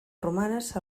romanes